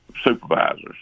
supervisors